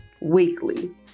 weekly